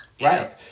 Right